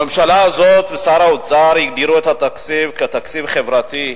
הממשלה הזו ושר האוצר הגדירו את התקציב כתקציב חברתי.